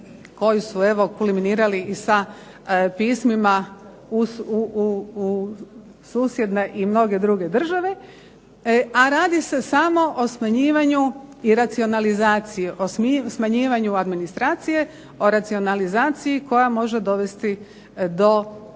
koji su evo kuliminirali i sa pismima u susjedne i mnoge druge države, a radi se samo o smanjivanju i racionalizaciji, o smanjivanju administracije, o racionalizaciji koja može dovesti do